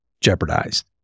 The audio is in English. jeopardized